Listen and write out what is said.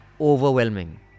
overwhelming